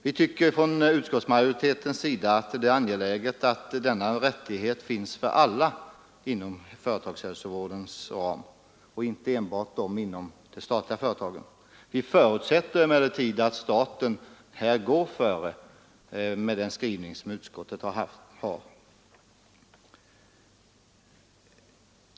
Vi tycker från utskottsmajoritetens sida att det är angeläget att denna rättighet finns för alla inom företagshälsovårdens ram och inte bara för anställda inom de statliga verken. Vi förutsätter emellertid att staten här går före, med den skrivning som utskottet har.